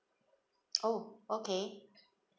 oh okay